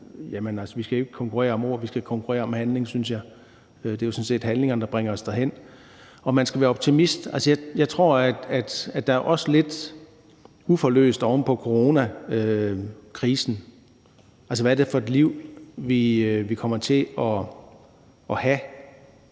Vi skal jo ikke konkurrere om ord, vi skal konkurrere om handling, synes jeg. Det er sådan set handlingerne, der bringer os derhen. Og man skal være optimist. Jeg tror, at der også er lidt uforløst oven på coronakrisen. Hvad er det for et liv, vi kommer til at have